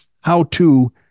how-to